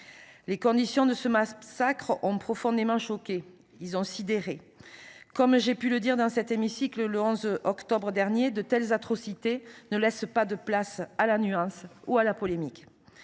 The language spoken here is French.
Les conditions de ce massacre ont profondément choqué, elles ont sidéré. Comme j’ai pu le dire dans cet hémicycle le 11 octobre dernier, de telles atrocités ne laissent pas de place à la nuance ou à la polémique.